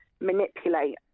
manipulate